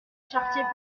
charretiers